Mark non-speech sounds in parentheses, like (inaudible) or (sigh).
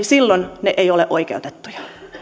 (unintelligible) silloin ne eivät ole oikeutettuja